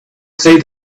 say